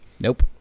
Nope